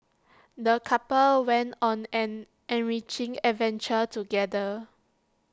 the couple went on an enriching adventure together